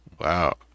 wow